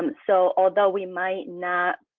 um so although we might not